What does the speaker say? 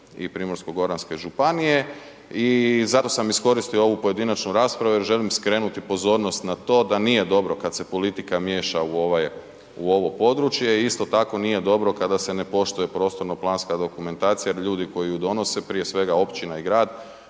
i Primorsko-goranske županije i zato sam iskoristio ovu pojedinačnu raspravu jer želim skrenuti pozornost na to da nije dobro kad se politika miješa u ovaj, u ovo područje, isto tako nije dobro kada se ne poštuje prostorno planska dokumentacija jer ljudi koju ju donose, prije svega općina i grad,